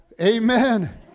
Amen